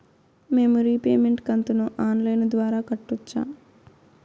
మేము రీపేమెంట్ కంతును online ద్వారా కట్టొచ్చా